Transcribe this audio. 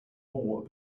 more